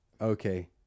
Okay